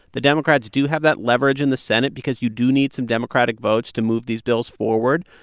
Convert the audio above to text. the democrats do have that leverage in the senate because you do need some democratic votes to move these bills forward.